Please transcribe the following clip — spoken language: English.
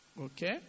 Okay